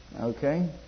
Okay